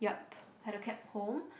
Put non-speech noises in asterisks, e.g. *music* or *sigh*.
yup *breath* had to cab home